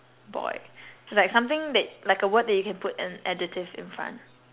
boy it's like something that like a word that you can put an adjective in front